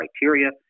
criteria